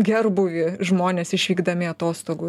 gerbūvį žmonės išvykdami atostogų